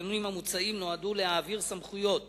התיקונים המוצעים נועדו להעביר סמכויות